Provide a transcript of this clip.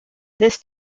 this